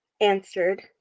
answered